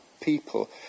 people